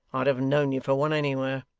i'd have known you for one, anywhere